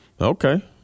Okay